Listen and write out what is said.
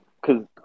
cause